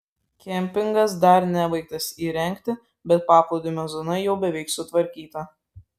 kempingas dar nebaigtas įrengti bet paplūdimio zona jau beveik sutvarkyta